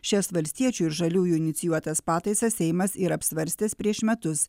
šias valstiečių ir žaliųjų inicijuotas pataisas seimas yra apsvarstęs prieš metus